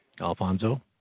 Alfonso